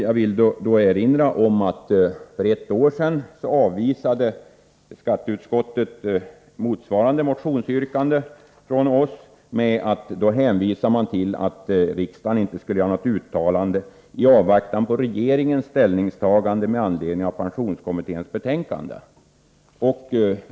Jag vill då erinra om att skatteutskottet för ett år sedan avvisade motsvarande motionsyrkande från oss genom att hänvisa till att riksdagen inte borde göra något uttalande i avvaktan på regeringens ställningstagande med anledning av pensionskommitténs betänkande.